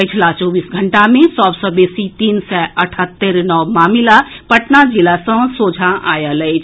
पछिला चौबीस घंटा मे सभ सँ बेसी तीन सय अठहत्तरि नव मामिला पटना जिला सँ सोझां आयल अछि